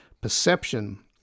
perception